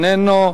איננו,